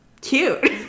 cute